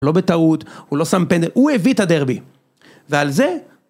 לא בטעות, הוא לא שם פנדל, הוא הביא את הדרבי. ועל זה...